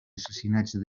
assassinats